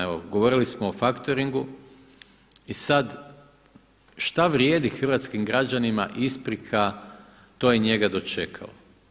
Evo govorili smo o faktoringu i sad šta vrijedi hrvatskim građanima isprika to je njega dočekalo.